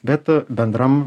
bet bendram